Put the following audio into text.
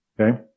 Okay